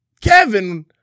Kevin